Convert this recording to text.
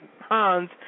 Hans